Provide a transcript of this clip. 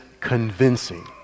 convincing